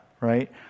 right